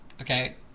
Okay